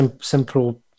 simple